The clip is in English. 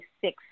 six